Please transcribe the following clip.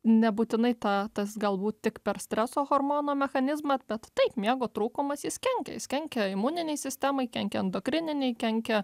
nebūtinai tą tas galbūt tik per streso hormono mechanizmą bet tai miego trūkumas jis kenkia jis kenkia imuninei sistemai kenkia endokrininei kenkia